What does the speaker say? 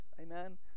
amen